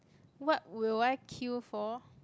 what will I queue for